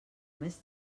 més